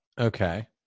Okay